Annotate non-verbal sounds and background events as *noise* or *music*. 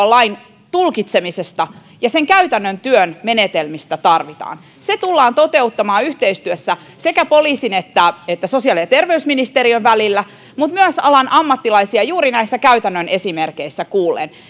*unintelligible* lain tulkitsemisesta ja sen käytännön työn menetelmistä se tarvitaan se tullaan toteuttamaan yhteistyössä sekä poliisin että että sosiaali ja terveysministeriön kanssa mutta myös alan ammattilaisia juuri näissä käytännön esimerkeissä kuullen